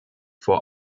vor